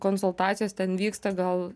konsultacijos ten vyksta gal